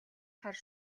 хар